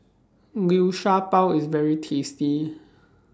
Liu Sha Bao IS very tasty